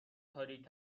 تاریک